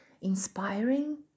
inspiring